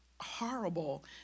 horrible